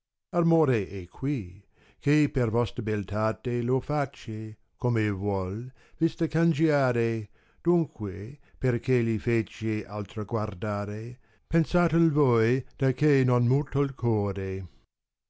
amore è qui che per vostra beliate lo face come vuol vbta cangiare dunque perché gii fece altra guardare pensatel voi da che non muto core